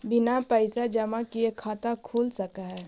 बिना पैसा जमा किए खाता खुल सक है?